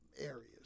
areas